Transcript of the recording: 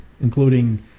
including